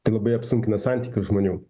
tai labai apsunkina santykius žmonių